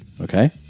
okay